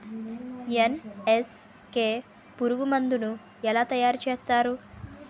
NSK పురుగు మందు ను ఎలా తయారు చేస్తారు?